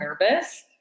nervous